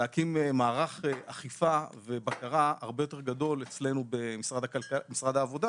להקים מערך אכיפה ובקרה הרבה יותר גדול אצלנו במשרד העבודה